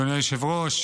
אדוני היושב-ראש,